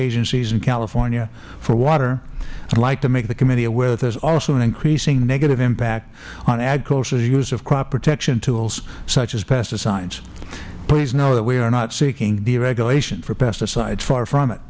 agencies in california for water i would like to make the committee aware that there is also an increasing negative impact on agricultures use of crop protection tools such as pesticides please know that we are not seeking deregulation for pesticides far from it